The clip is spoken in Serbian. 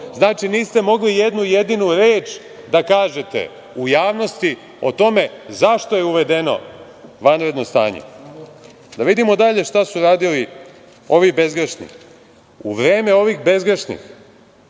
Znači, niste mogli jednu jedinu reč da kažete u javnosti o tome zašto je uvedeno vanredno stanje. Da vidimo dalje šta su radili ovi bezgrešni. U vreme ovih bezgrešnih,